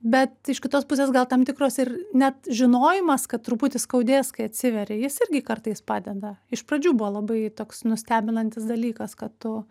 bet iš kitos pusės gal tam tikros ir ne žinojimas kad truputį skaudės kai atsiveri jis irgi kartais padeda iš pradžių buvo labai toks nustebinantis dalykas kad tu